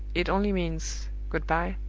it only means good-by.